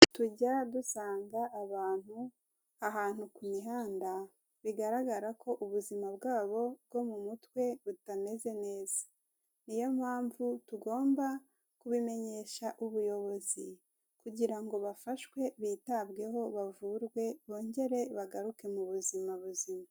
Tujya dusanga abantu ahantu ku mihanda bigaragara ko ubuzima bwabo bwo mu mutwe butameze neza niyo mpamvu tugomba kubimenyesha ubuyobozi kugira ngo bafashwe bitabweho bavurwe bongere bagaruke mu buzima buzima.